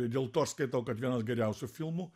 dėl to aš skaitau kad vienas geriausių filmų